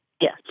Yes